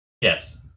yes